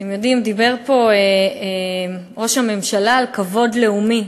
אתם יודעים, דיבר פה ראש הממשלה על כבוד לאומי.